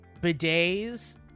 bidet's